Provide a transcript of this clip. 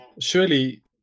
surely